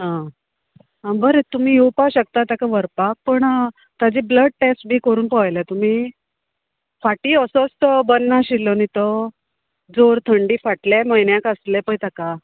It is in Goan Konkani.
आं आं बरें तुमी येवपा शकता ताका व्हरपाक पण ताजें ब्लड टेस्ट बी करून पळयलें तुमी फाटीं असोच तो बरो नाशिल्लो न्ही तो जोर थंडी फाटल्या म्हयन्याक आसले पय ताका